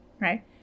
right